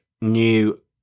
new